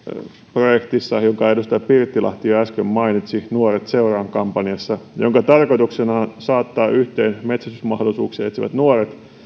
projektissa jonka edustaja pirttilahti jo äsken mainitsi nuoret seuraan kampanjassa jonka tarkoituksena on saattaa yhteen metsästysmahdollisuuksia etsivät nuoret